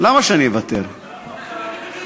הממשלה מבקשת להביא את דבר ההחלטה